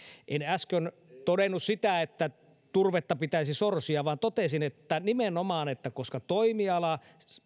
en äsken todennut että turvetta pitäisi sorsia vaan totesin nimenomaan että koska toimiala